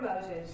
Moses